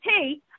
hey